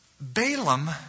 Balaam